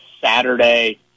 Saturday